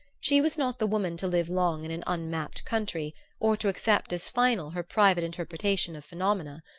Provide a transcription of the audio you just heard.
she was not the woman to live long in an unmapped country or to accept as final her private interpretation of phenomena.